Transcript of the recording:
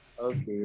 Okay